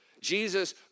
Jesus